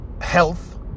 health